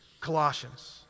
Colossians